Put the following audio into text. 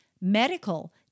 medical